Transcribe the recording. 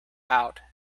out